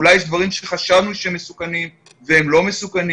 אולי יש דברים שחשבנו שהם מסוכנים והם לא מסוכנים,